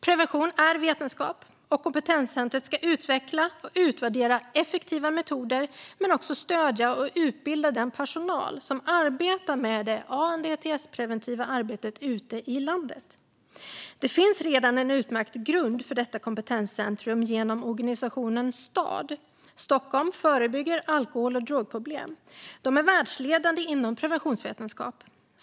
Prevention är vetenskap, och kompetenscentrumet ska utveckla och utvärdera effektiva metoder men också stödja och utbilda den personal som arbetar med ANDTS-prevention ute i landet. Det finns redan en utmärkt grund för detta kompetenscentrum genom organisationen STAD, Stockholm förebygger alkohol och drogproblem, som är världsledande inom preventionsvetenskap.